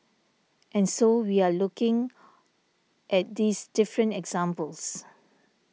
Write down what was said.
and so we are looking at these different examples